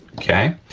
okay?